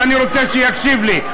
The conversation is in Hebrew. ואני רוצה שהוא יקשיב לי.